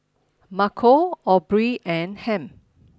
Marco Aubree and Ham